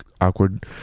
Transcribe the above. awkward